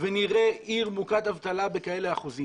ונראה עיר מוכת אבטלה באחוזים כאלה.